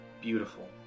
beautiful